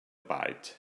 bite